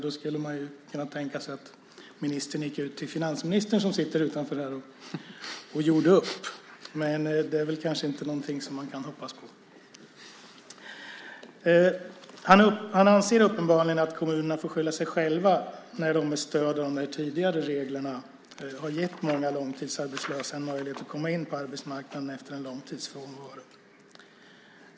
Då skulle man kunna tänka sig att arbetsmarknadsministern gick till finansministern och gjorde upp, men det är väl kanske inte något att hoppas på. Arbetsmarknadsministern anser uppenbarligen att kommunerna får skylla sig själva när de med stöd av de tidigare reglerna gett många långtidsarbetslösa möjlighet att efter lång frånvaro komma in på arbetsmarknaden.